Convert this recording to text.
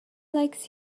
likes